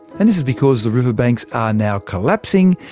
and this is because the riverbanks are now collapsing,